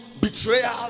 betrayal